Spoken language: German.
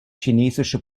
chinesische